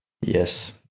Yes